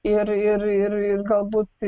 ir ir ir galbūt